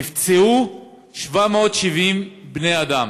נפצעו 770 בני-אדם,